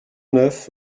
neuf